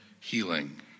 healing